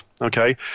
okay